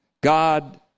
God